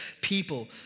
people